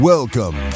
Welcome